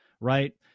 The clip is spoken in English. right